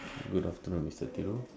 good afternoon mister Thiru